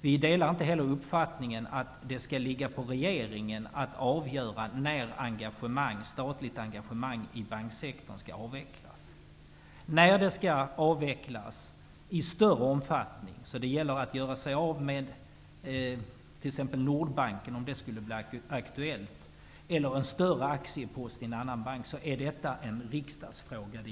Vi delar inte heller uppfattningen att det skall ligga på regeringen att avgöra när statligt engagemang i banksektorn skall avvecklas. När det skall avvecklas i större omfattning är det en riksdagsfråga -- om det skulle bli aktuellt att göra sig av med t.ex. Nordbanken eller en större aktiepost i en annan bank. Det är